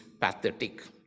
pathetic